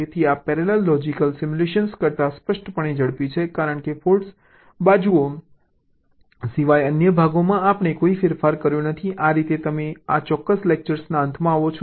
તેથી આ parallel logic simulation કરતાં સ્પષ્ટપણે ઝડપી છે કારણ કે ફોલ્ટ બાજુઓ સિવાય અન્ય ભાગોમાં આપણે કોઈ ફેરફાર કર્યો નથી આ રીતે તમે આ ચોક્કસ લેકચરના અંતમાં આવો છો